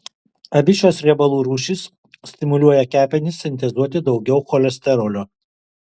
abi šios riebalų rūšys stimuliuoja kepenis sintezuoti daugiau cholesterolio